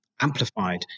amplified